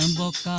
um book,